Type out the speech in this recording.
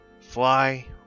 fly